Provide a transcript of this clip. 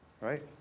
right